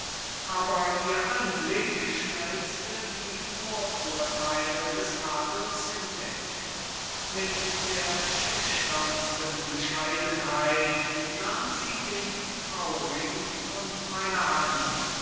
aber ihr anblick schmelzte die vorurtheile des adels hinweg mit der schüchternsten bescheidenheit nahm sie den trauring von meiner hand